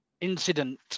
incident